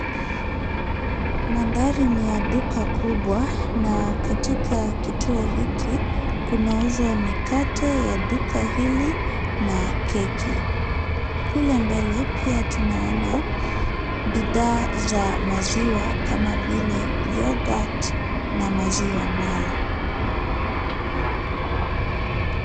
Mandhari ni ya duka kubwa na katika kituo hiki kunauzwa mikate ya duka hili na keti. Kule mbele pia tunaona bidhaa za maziwa kama vile yogurt na maziwa mala.